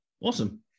Awesome